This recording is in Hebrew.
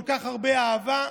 כל כך הרבה אהבה,